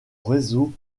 réseau